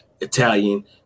italian